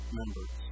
members